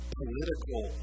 political